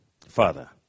Father